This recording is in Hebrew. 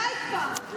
די כבר.